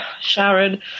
sharon